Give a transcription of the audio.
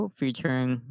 featuring